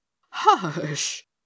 Hush